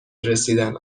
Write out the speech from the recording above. رسیدن